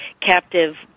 captive